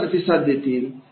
कसा प्रतिसाद देतील